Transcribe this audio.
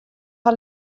har